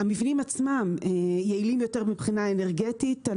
המבנים עצמם יעילים יותר מבחינה אנרגטית.